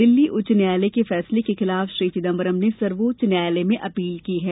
दिल्ली उच्च न्यायालय के फैसले के खिलाफ श्री चिदम्बरम ने सर्वोच्च न्यायालय में अपील की है